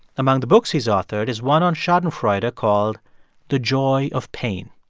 among the books he's authored is one on schadenfreude called the joy of pain.